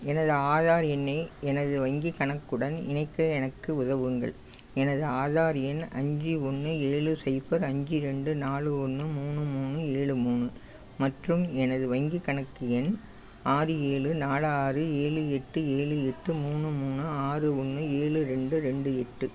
எனது ஆதார் எண்ணை எனது வங்கிக் கணக்குடன் இணைக்க எனக்கு உதவுங்கள் எனது ஆதார் எண் அஞ்சு ஒன்று ஏழு சைஃபர் அஞ்சு ரெண்டு நாலு ஒன்று மூணு மூணு ஏழு மூணு மற்றும் எனது வங்கிக் கணக்கு எண் ஆறு ஏழு நாலு ஆறு ஏழு எட்டு ஏழு எட்டு மூணு மூணு ஆறு ஒன்று ஏழு ரெண்டு ரெண்டு எட்டு